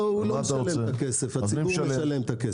הוא לא משלם את הכסף.